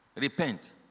repent